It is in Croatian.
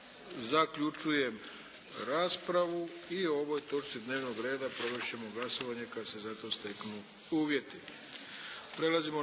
zaključujem raspravu i o ovoj točci dnevnog reda provesti ćemo glasovanje kada se za to steknu uvjeti.